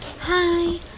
Hi